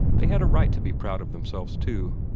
they had a right to be proud of themselves, too.